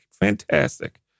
Fantastic